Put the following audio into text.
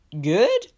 good